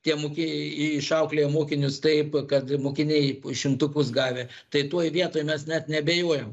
tie mok i išauklėja mokinius taip kad mokiniai šimtukus gavę tai toj vietoj mes net neabejojam